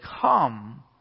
come